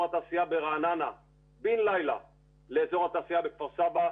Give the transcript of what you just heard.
התעשייה ברעננה לאזור התעשייה בכפר סבא.